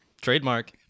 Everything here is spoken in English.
Trademark